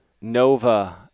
Nova